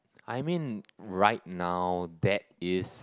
I mean right now that is